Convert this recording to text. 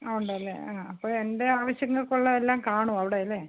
ആ ഉണ്ടല്ലേ ആ അപ്പം എൻ്റെ ആവശ്യങ്ങൾക്കുള്ള എല്ലാം കാണും അവിടെ അല്ലേ